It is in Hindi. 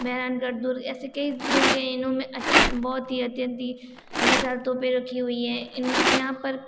मेहरानगढ़ दुर्ग ऐसी कई दुर्ग है इन्हों में बहुत ही अत्यंत विशारतों पर रखी हुई है इन यहाँ पर